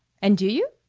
and do you?